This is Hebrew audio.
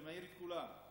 זה מעיר את כולם.